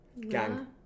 Gang